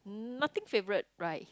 nothing favourite right